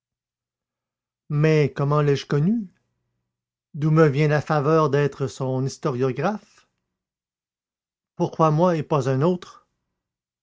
mais comment l'ai-je connu d'où me vient la faveur d'être son historiographe pourquoi moi et pas un autre